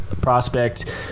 prospect